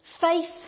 Faith